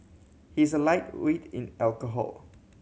he's a lightweight in alcohol